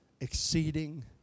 Exceeding